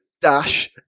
dash